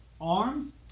arms